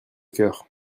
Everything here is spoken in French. cœur